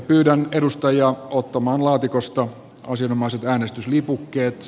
pyydän edustajia ottamaan laatikosta asianomaiset äänestyslipukkeet